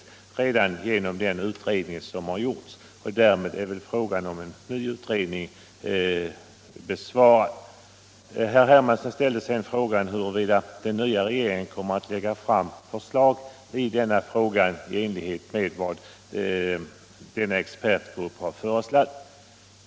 Därmed är väl också frågan huruvida man bör tillsätta en ny utredning besvarad. Herr Hermansson ställde frågan om den nya regeringen kommer att lägga fram förslag i enlighet med expertgruppens förslag.